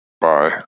Bye